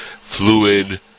fluid